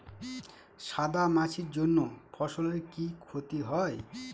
সাদা মাছির জন্য ফসলের কি ক্ষতি হয়?